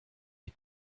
die